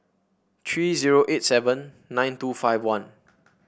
three zero eight seven nine two five one